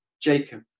Jacob